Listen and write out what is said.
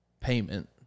payment